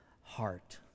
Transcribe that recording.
heart